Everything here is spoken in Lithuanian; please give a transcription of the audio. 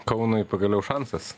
kaunui pagaliau šansas